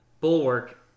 Bulwark